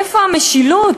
איפה המשילות?